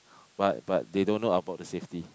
but but they don't know about the safety